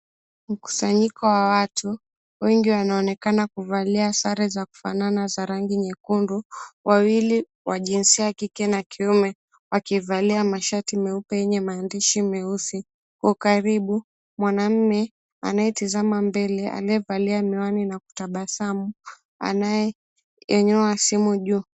Mkusanyiko wa watu, wengi wanaonekana kuvalia sare za kufanana za rangi nyekundu. Wawili wa jinsia ya kike na kiume, wakivalia mashati meupe yenye maandishi meusi. Kwa ukaribu, mwanamume anayetizama mbele, aliyevalia miwani na kutabasamu. Anayeinua simu juu.